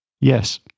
Yes